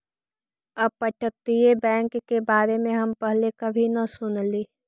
अपतटीय बैंक के बारे में हम पहले कभी न सुनली